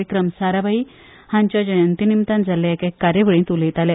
विक्रम साराभाई हांचे जयंतीनिमतान जाल्ले एके कार्यावळीत ते उलयताले